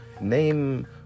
name